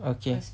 okay